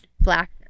black